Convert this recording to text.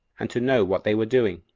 and to know what they were doing.